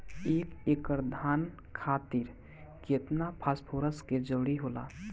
एक एकड़ धान खातीर केतना फास्फोरस के जरूरी होला?